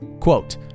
quote